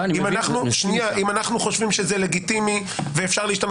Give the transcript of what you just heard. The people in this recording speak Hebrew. אם אנחנו חושבים שזה לגיטימי ואפשר להשתמש